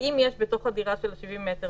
כי אם יש בתוך הדירה הזאת יחידת הורים